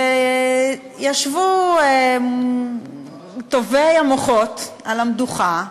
ישבו טובי המוחות על המדוכה וחשבו,